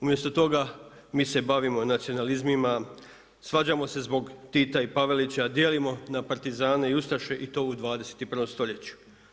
Umjesto toga mi se bavimo nacionalizmima, svađamo se zbog Tita i Pavelića, dijelimo na partizane i ustaše i to u 21. stoljeću.